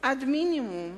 עד מינימום,